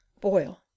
boil